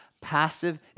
passive